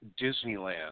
Disneyland